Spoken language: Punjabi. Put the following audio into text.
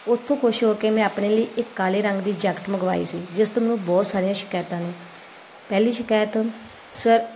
ਉਸ ਤੋਂ ਖੁਸ਼ ਹੋ ਕੇ ਮੈਂ ਆਪਣੇ ਲਈ ਇੱਕ ਕਾਲੇ ਰੰਗ ਦੀ ਜੈਕਟ ਮੰਗਵਾਈ ਸੀ ਜਿਸ ਤੋਂ ਮੈਨੂੰ ਬਹੁਤ ਸਾਰੀਆਂ ਸ਼ਿਕਾਇਤਾਂ ਨੇ ਪਹਿਲੀ ਸ਼ਿਕਾਇਤ ਸਰ